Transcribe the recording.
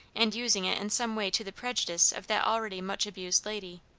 and using it in some way to the prejudice of that already much abused lady.